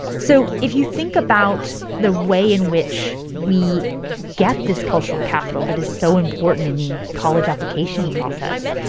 so if you think about the way in which we get this cultural capital that is so important in the college application process,